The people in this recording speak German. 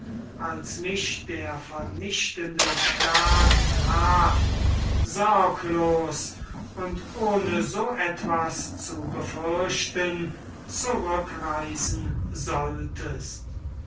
als mich der vernichtende schlag traf sorglos und ohne so etwas zu befürchten zurückreisen solltest